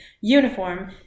Uniform